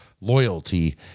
loyalty